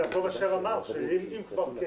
יעקב אשר אמר שאם כבר,